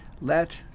let